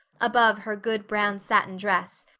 above her good brown satin dress,